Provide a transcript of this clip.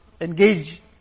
engage